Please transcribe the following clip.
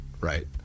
Right